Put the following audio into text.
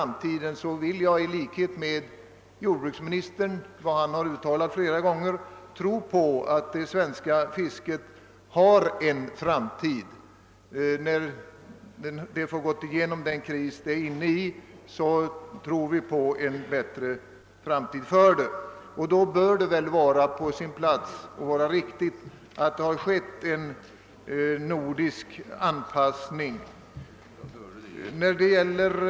Men i likhet med jordbruksministern tror jag att det svenska fisket går en bättre framtid till mötes när den nuvarande krisen är över, och då bör det vara riktigt att det har skett en sådan nordisk anpassning som jag här talat om.